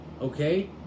Okay